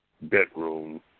bedroom